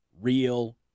real